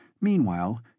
Meanwhile